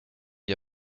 n’y